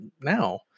now